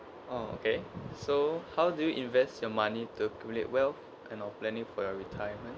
oh okay so how do you invest your money to pool it well and now planning for your retirement